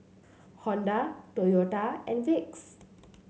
Honda Toyota and Vicks